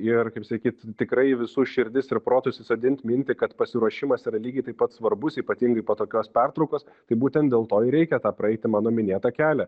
ir kaip sakyt tikrai visų širdis ir protus įsodint mintį kad pasiruošimas yra lygiai taip pat svarbus ypatingai po tokios pertraukos tai būtent dėl to ir reikia tą praeiti mano minėtą kelią